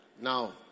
now